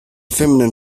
feminine